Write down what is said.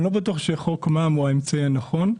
אני לא בטוח שחוק מע"מ הוא האמצעי הנכון,